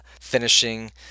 finishing